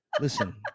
Listen